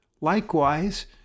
Likewise